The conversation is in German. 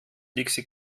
dixi